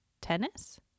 tennis